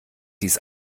dies